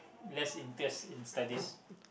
less interest in studies